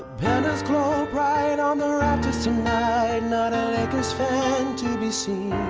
banners glow bright on the rafters tonight not a lakers fan to be seen